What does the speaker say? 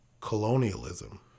colonialism